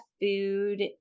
food